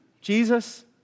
Jesus